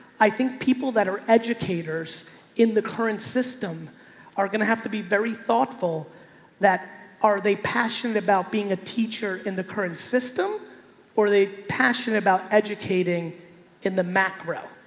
i think people that are educators in the current system are going to have to be very thoughtful that are they passionate about being a teacher in the current system or they passionate about educating in the macro?